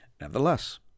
Nevertheless